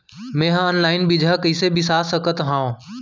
मे हा अनलाइन बीजहा कईसे बीसा सकत हाव